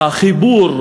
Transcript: החיבור,